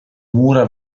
mura